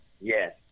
Yes